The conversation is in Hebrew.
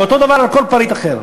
ואותו דבר על כל פריט אחר.